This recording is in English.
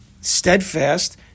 steadfast